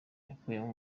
yakuyemo